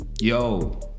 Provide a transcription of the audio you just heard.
Yo